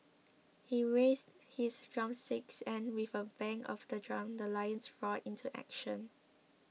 he raised his drumsticks and with a bang of the drum the lions roared into action